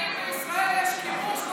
האם בישראל יש כיבוש,